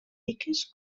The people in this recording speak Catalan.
riques